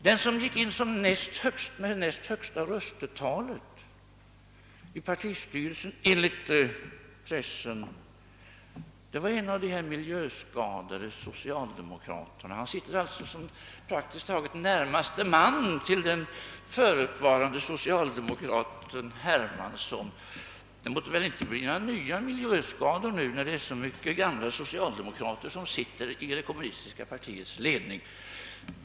Den som enligt pressen kom in i partistyrelsen med näst högsta röstetal var en av dessa miljöskadade socialdemokrater. Han är alltså praktiskt taget närmaste man till den förutvarande socialdemokraten Hermansson. Det måtte väl inte bli några nya miljöskador nu, när det sitter så många gamla socialdemokrater i det kommunistiska partiets ledning.